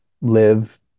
live